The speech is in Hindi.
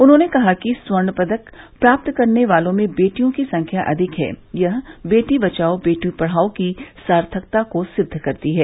उन्होंने कहा कि स्वर्ण पदक प्राप्त करने वालों में बेटियों की संख्या अधिक है यह बेटी बचाओ बेटी पढ़ाओ की सार्थकता को सिद्व करती है